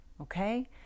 Okay